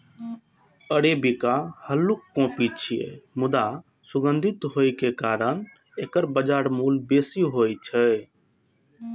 arabica हल्लुक coffee छियै, मुदा सुगंधित होइ के कारण एकर बाजार मूल्य बेसी होइ छै